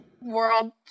world